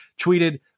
tweeted